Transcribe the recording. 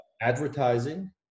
advertising